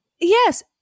Yes